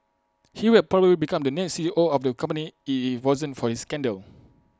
he will probably become the next C E O of the company IT wasn't for his scandal